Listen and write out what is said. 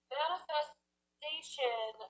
manifestation